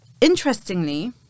interestingly